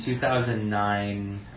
2009